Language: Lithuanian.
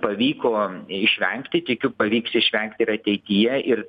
pavyko išvengti tikiu pavyks išvengt ir ateityje ir